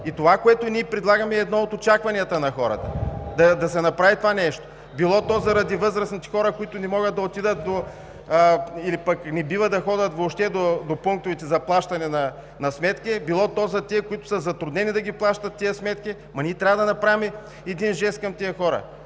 И това, което ние предлагаме, е едно от очакванията на хората да се направи това нещо – било то заради възрастните хора, които не могат да отидат или не бива да ходят въобще до пунктовете за плащане на сметки, било то за тези, които са затруднени да плащат тези сметки. Ама ние трябва да направим един жест към тези хора!